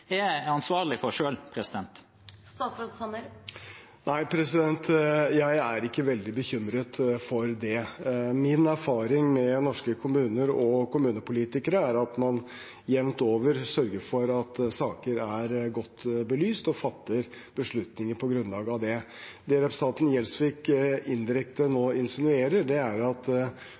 for selv? Nei, jeg er ikke veldig bekymret for det. Min erfaring med norske kommuner og kommunepolitikere er at man jevnt over sørger for at saker er godt belyst, og fatter beslutninger på grunnlag av det. Det representanten Gjelsvik indirekte nå insinuerer, er at kommunepolitikere og kommuner vil utnytte systemet. Det er ikke mitt inntrykk at